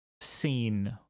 seen